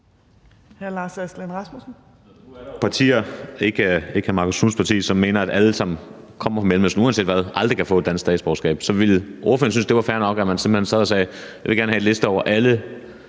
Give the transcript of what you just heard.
Hr. Lars Aslan Rasmussen.